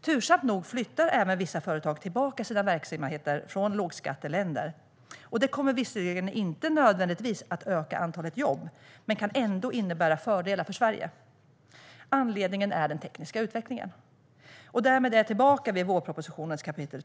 Tursamt nog flyttar även vissa företag tillbaka sina verksamheter från lågskatteländer. Det kommer visserligen inte nödvändigtvis att öka antalet jobb, men kan ändå innebära fördelar för Sverige. Anledningen är den tekniska utvecklingen. Därmed är jag tillbaka vid vårpropositionens tionde kapitel.